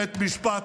זה הסיפור